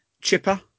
Chipper